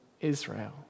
Israel